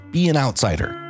BeanOutsider